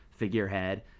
Figurehead